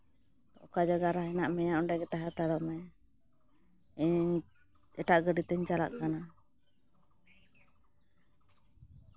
ᱚᱠᱟ ᱡᱟᱭᱜᱟ ᱨᱮ ᱦᱮᱱᱟᱜ ᱢᱮᱭᱟ ᱚᱸᱰᱮ ᱜᱮ ᱛᱟᱦᱮᱸ ᱦᱟᱛᱟᱲᱚᱜ ᱢᱮ ᱤᱧ ᱮᱴᱟᱜ ᱜᱟᱹᱰᱤ ᱛᱤᱧ ᱪᱟᱞᱟᱜ ᱠᱟᱱᱟ